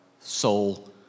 soul